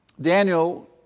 Daniel